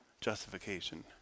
justification